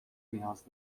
نیاز